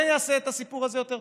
זה יעשה את הסיפור הזה יותר טוב?